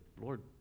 Lord